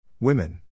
Women